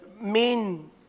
main